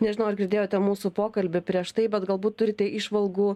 nežinau ar girdėjote mūsų pokalbį prieš tai bet galbūt turite įžvalgų